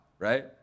right